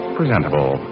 presentable